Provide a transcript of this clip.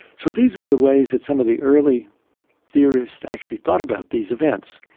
so these were the ways that some of the early theorists actually thought about these events.